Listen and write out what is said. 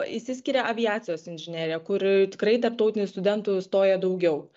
išsiskiria aviacijos inžinerija kur tikrai tarptautinių studentų stoja daugiau